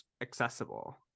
accessible